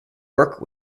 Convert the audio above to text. work